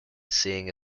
seeing